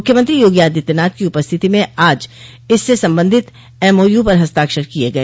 मुख्यमंत्री योगी आदित्यनाथ की उपस्थिति में आज इससे संबंधित एमओयू पर हस्ताक्षर किये गये